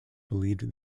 believed